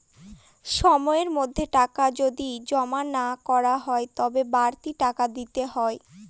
সময়ের মধ্যে টাকা যদি জমা না করা হয় তবে বাড়তি টাকা দিতে হয়